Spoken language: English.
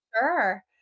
sure